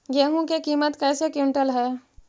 गेहू के किमत कैसे क्विंटल है?